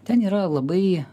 ten yra labai